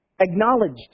Acknowledged